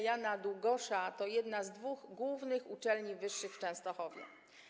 Jana Długosza to jedna z dwóch głównych uczelni wyższych w Częstochowie.